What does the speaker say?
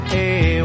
Hey